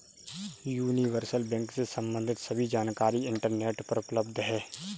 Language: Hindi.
यूनिवर्सल बैंक से सम्बंधित सभी जानकारी इंटरनेट पर उपलब्ध है